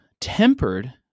tempered